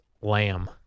lamb